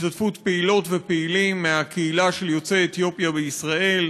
ובהשתתפות פעילות ופעילים מהקהילה של יוצאי אתיופיה בישראל,